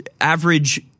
average